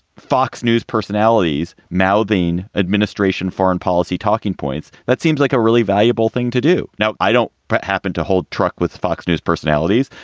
fox news personalities mouthing administration foreign policy talking points. that seems like a really valuable thing to do. now, i don't happen to hold a truck with fox news personalities.